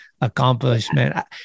accomplishment